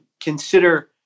consider